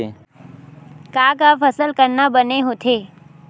का का फसल करना बने होथे?